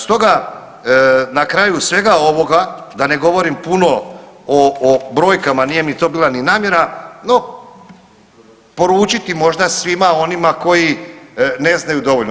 Stoga na kraju svega ovoga da ne govorim puno o brojkama, nije mi to bila ni namjera, no poručiti možda svima onima koji ne znaju dovoljno.